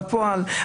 בפועל,